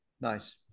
Nice